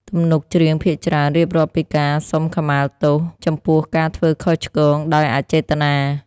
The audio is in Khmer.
ទំនុកច្រៀងភាគច្រើនរៀបរាប់ពីការសុំខមាទោសចំពោះការធ្វើខុសឆ្គងដោយអចេតនា។